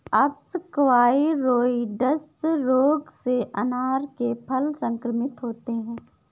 अप्सकवाइरोइड्स रोग से अनार के फल संक्रमित होते हैं